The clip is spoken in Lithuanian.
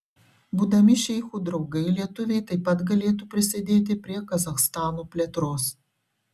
būdami šeichų draugai lietuviai taip pat galėtų prisidėti prie kazachstano plėtros